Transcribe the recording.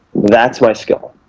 that's my skill.